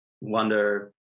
wonder